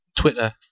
Twitter